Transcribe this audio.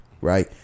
right